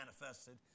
manifested